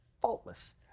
faultless